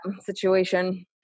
situation